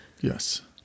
Yes